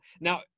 now